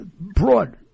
Broad